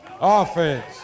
offense